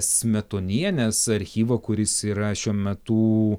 smetonienės archyvo kuris yra šiuo metu